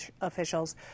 officials